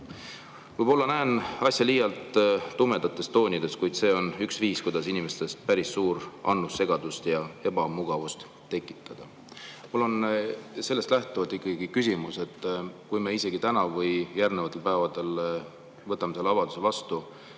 Võib-olla näen ma asja liialt tumedates toonides, kuid see on üks viis, kuidas inimestes päris suur annus segadust ja ebamugavust tekitada. Mul on sellest lähtuvalt ikkagi küsimus. Kui me isegi täna või järgnevatel päevadel võtame selle avalduse vastu,